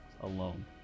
alone